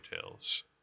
Tales